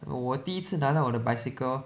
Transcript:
我第一次拿到我的 bicycle